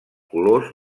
colors